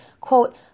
quote